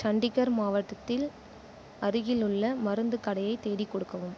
சண்டிகர் மாவட்டத்தில் அருகிலுள்ள மருந்துக் கடையை தேடிக் கொடுக்கவும்